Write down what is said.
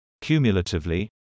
Cumulatively